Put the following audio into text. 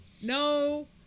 no